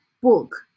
book